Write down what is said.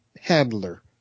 handler